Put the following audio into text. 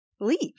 leave